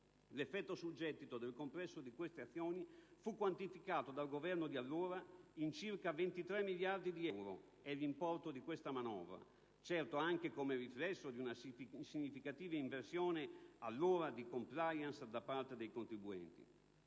L'effetto sul gettito del complesso di queste azioni fu quantificato dal Governo di allora in circa 23 miliardi di euro (è l'importo di questa manovra), certo anche come riflesso di una significativa inversione, allora, di *compliance* da parte dei contribuenti.